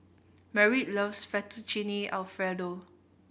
Merritt loves Fettuccine Alfredo